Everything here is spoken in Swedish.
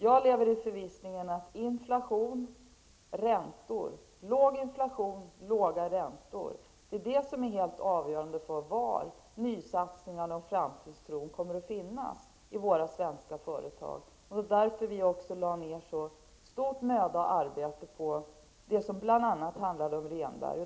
Jag lever i förvissningen om att låg inflation och låga räntor är helt avgörande för var nysatsningarna och framtidstron kommer att finnas i de svenska företagen. Därför gjorde vi oss stor möda och lade ner ett stort arbete på Rehnbergavtalet.